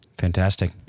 Fantastic